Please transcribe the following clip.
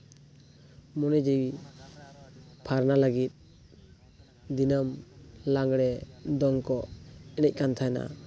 ᱢᱚᱱᱮ ᱡᱤᱣᱤ ᱯᱷᱟᱨᱱᱟ ᱞᱟᱹᱜᱤᱫ ᱫᱤᱱᱟᱹᱢ ᱞᱟᱜᱽᱲᱮ ᱫᱚᱝ ᱠᱚ ᱮᱱᱮᱡ ᱠᱟᱱ ᱛᱟᱦᱮᱱᱟ